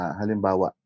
halimbawa